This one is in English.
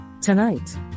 Tonight